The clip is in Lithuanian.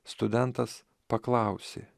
studentas paklausė